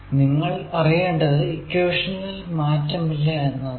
നിങ്ങൾ അറിയേണ്ടത് ഇക്വേഷനിൽ മാറ്റമില്ല എന്നതാണ്